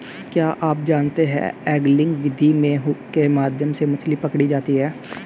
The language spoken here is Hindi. क्या आप जानते है एंगलिंग विधि में हुक के माध्यम से मछली पकड़ी जाती है